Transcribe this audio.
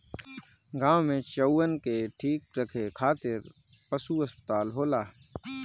गाँव में चउवन के ठीक रखे खातिर पशु अस्पताल होला